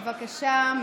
בבקשה.